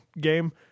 game